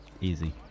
Easy